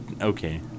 Okay